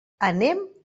anem